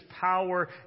power